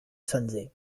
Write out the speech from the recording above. sanzay